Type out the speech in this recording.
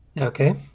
Okay